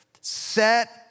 set